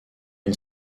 une